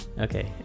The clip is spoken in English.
Okay